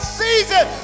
season